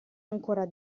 ancora